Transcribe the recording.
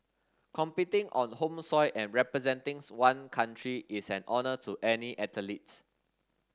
competing on home soil and representing one country is an honour to any athlete